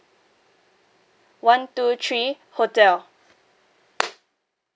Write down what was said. one two three hotel